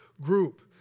group